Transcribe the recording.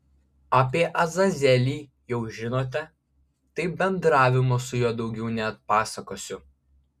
apie azazelį jau žinote tai bendravimo su juo daugiau neatpasakosiu